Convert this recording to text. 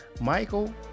Michael